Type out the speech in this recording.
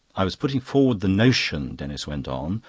i was putting forward the notion, denis went on,